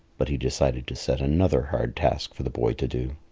but he decided to set another hard task for the boy to do.